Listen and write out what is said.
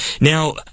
Now